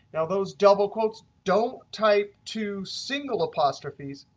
now, those double quotes, don't type two single apostrophes.